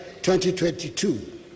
2022